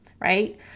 right